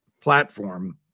platform